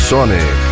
Sonic